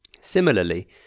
Similarly